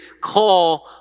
call